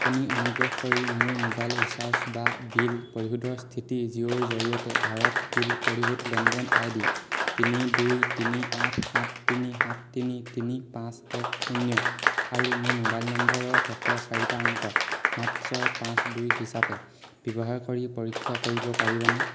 আপুনি অনুগ্ৰহ কৰি মোৰ মোবাইল ৰিচাৰ্জ বা বিল পৰিশোধৰ স্থিতি জিঅ'ৰ জৰিয়তে ভাৰত বিল পৰিশোধ লেনদেন আই ডি তিনি দুই তিনি আঠ সাত তিনি সাত তিনি তিনি পাঁচ এক শূন্য আৰু মোৰ মোবাইল নম্বৰৰ শেষৰ চাৰিটা অংক সাত ছয় পাঁচ দুই হিচাপে ব্যৱহাৰ কৰি পৰীক্ষা কৰিব পাৰিবনে